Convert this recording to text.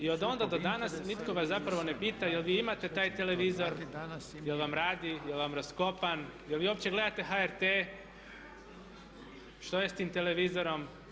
I od onda do danas, nitko vas zapravo ne pita je li vi imate taj televizor, ja li vam radi, je li vam raskopan, je li vi uopće gledate HRT, što je sa tim televizorom.